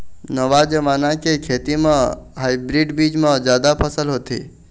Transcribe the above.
नवा जमाना के खेती म हाइब्रिड बीज म जादा फसल होथे